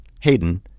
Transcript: Hayden